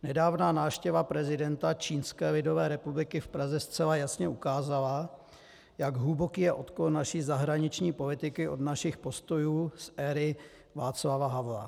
Nedávná návštěva prezidenta Čínské lidové republiky v Praze zcela jasně ukázala, jak hluboký je odklon naší zahraniční politiky od našich postojů z éry Václava Havla.